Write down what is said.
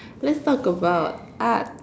let's talk about art